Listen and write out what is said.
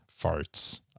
Farts